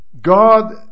God